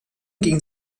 ging